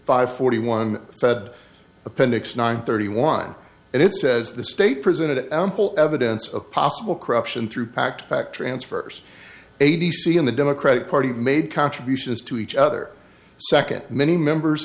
five forty one said appendix nine thirty one and it says the state presented ample evidence of possible corruption through pact back transfers a t c in the democratic party made contributions to each other second many members